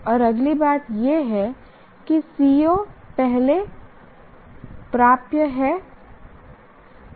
और अगली बात यह है कि CO पहले प्राप्य है